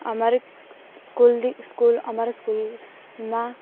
અમારી સ્કૂલની સ્કૂલ અમારા સ્કૂલમાં